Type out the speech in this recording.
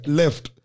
left